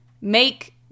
make